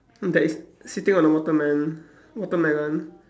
that is sitting on the watermelon watermelon